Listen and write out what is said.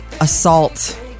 assault